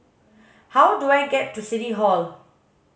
how do I get to City Hall